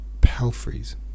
palfreys